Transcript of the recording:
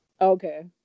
Okay